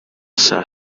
saa